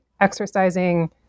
exercising